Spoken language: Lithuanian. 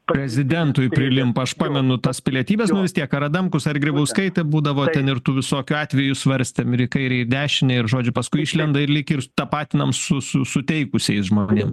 prezidentui prilimpa aš pamenu tas pilietybes nu vis tiek ar adamkus ar grybauskaitė būdavo ten ir tų visokių atvejų svarstėm ir į kairę ir į dešinę ir žodžių paskui išlenda ir lyg ir tapatinam su su suteikusiais žmonėm